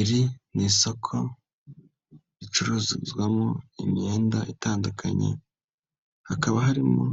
Iri ni isoko ricururizwamo imyenda itandukanye hakaba harimo